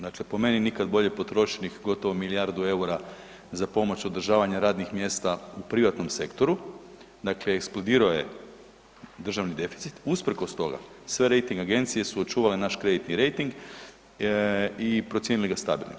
Dakle, po meni nikad bolje potrošenih gotovo milijardu eura za pomoć održavanja radnih mjesta u privatnom sektoru, dakle eksplodirao je državni deficit, usprkos toga sve rejting agencije su očuvale naš kreditni rejting i procijenili ga stabilnim.